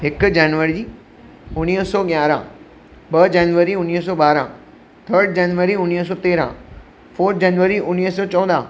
हिक जनवरी उणिवीह सौ याराहं ॿ जनवरी उणिवीह सौ ॿारहं थर्ड जनवरी उणिवीह सौ तेरहं फोर्थ जनवरी उणिवीह सौ चोॾहं